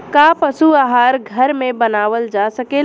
का पशु आहार घर में बनावल जा सकेला?